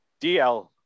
DL